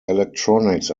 electronics